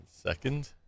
second